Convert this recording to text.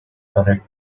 correct